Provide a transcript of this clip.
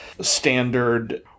standard